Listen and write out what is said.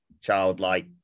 Childlike